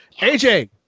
AJ